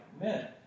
men